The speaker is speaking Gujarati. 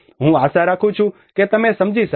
હું આશા રાખું છું કે તમે સમજી શકશો